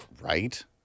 Right